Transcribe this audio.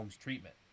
treatment